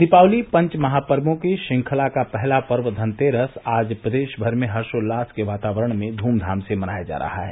दीपावली पंच महापर्वो की श्रृंखला का पहला पर्व धनतेरस आज प्रदेश भर में हर्षोल्लास के वातावरण में धूमधाम से मनाया जा रहा है